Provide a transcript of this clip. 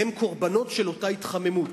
הם קורבנות של אותה התחממות.